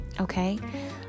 okay